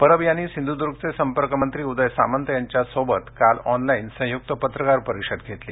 परब यांनी सिंधुद्र्गचे संपर्कमंत्री उदय सामंत यांच्यासमवेत काल ऑनलाइन संयुक्त पत्रकार परिषद घेतली